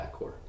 backcourt